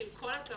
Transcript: שעם כל הכבוד,